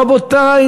רבותי,